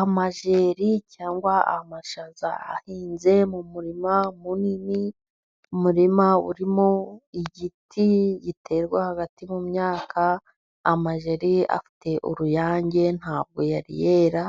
Amajeri cyangwa amashaza ahinze mu murima munini, umurima urimo igiti giterwa hagati mu myaka. Amajeri afite uruyange ntabwo yari yera,